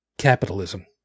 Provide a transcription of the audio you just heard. capitalism